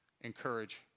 encourage